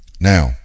Now